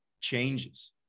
changes